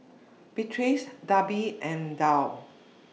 Beatrix Darby and Tal